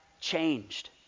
changed